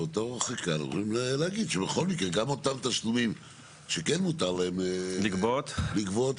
אומרים להגיד שבכל קמרה גם אותם תשלומים שכן מותר להם לגבות,